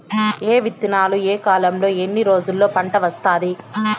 ఏ విత్తనాలు ఏ కాలంలో ఎన్ని రోజుల్లో పంట వస్తాది?